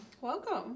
welcome